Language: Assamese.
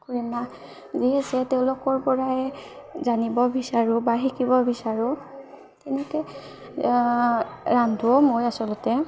কয়নে যি আছে তেওঁলোকৰ পৰাই জানিব বিচাৰোঁ বা শিকিব বিচাৰোঁ তেনেকৈ ৰান্ধোঁ মই আচলতে